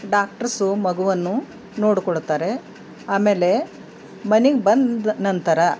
doctors ಮಗುವನ್ನು ನೋಡ್ಕೊಳ್ತಾರೆ ಆಮೇಲೆ ಮನೆಗೆ ಬಂದನಂತರ